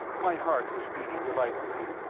my heart was beating delightfully,